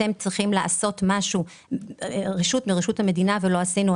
המדינה "אתם צריכים לעשות משהו" ולא עשינו.